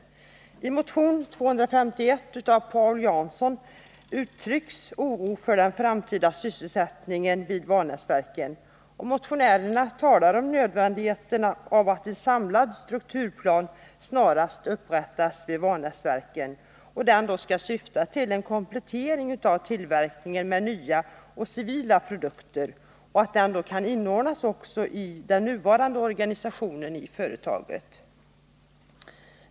Också i motion 251 av Paul Jansson m.fl. uttrycks en oro för den framtida sysselsättningen vid Vanäsverken. Motionärerna talar om nödvändigheten av att en samlad strukturplan snarast upprättas för Vanäsverken, syftande till en komplettering av tillverkningen med nya och civila produkter som kan inordnas i den nuvarande organisationen vid företaget.